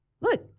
Look